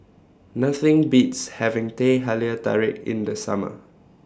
Nothing Beats having Teh Halia Tarik in The Summer